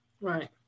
Right